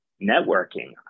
networking